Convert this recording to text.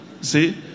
See